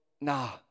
nah